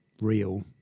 real